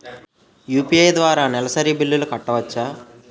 UPI ద్వారా నెలసరి బిల్లులు కట్టవచ్చా?